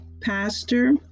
Pastor